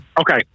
Okay